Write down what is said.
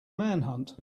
manhunt